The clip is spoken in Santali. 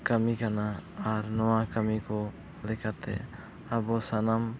ᱠᱟᱹᱢᱤ ᱠᱟᱱᱟ ᱟᱨ ᱱᱚᱣᱟ ᱠᱟᱹᱢᱤ ᱠᱚ ᱤᱫᱤ ᱠᱟᱛᱮᱫ ᱟᱵᱚ ᱥᱟᱱᱟᱢ